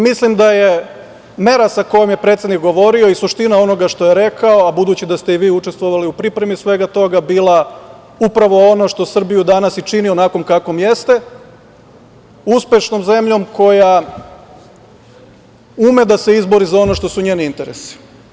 Mislim da je mera sa kojom je predsednik govorio i suština onoga što je rekao, a budući da ste i vi učestvovali u pripremi svega toga, bila upravo ono što Srbiju danas i čini onakvom kakvom jeste, uspešnom zemljom koja ume da se izbori za ono što su njeni interesi.